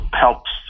helps